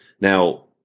Now